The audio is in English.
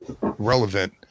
relevant